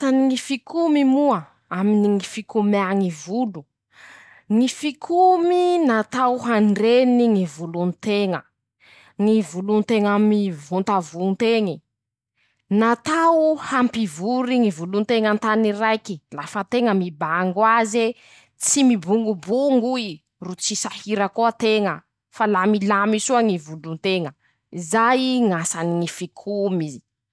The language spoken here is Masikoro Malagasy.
Ñ'asany ñy fikomy moa aminy ñy fikomea ñy volo: ñy fikomy natao handrena ñy volon-teña. ñy volon-teña mivontavont'eñe. -Natao hampivory ñy volon-teña an-tany raike lafa teña mibango aze tsy mibongobomgo ie. ro tsy sahira koa teña fa la milamy soa ñy volon-teña ;zay ñ'asany ñy fikomy.